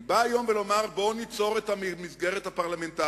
אני בא היום לומר: בואו ניצור את המסגרת הפרלמנטרית